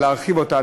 להרחיב אותה,